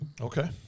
Okay